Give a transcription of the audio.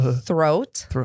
Throat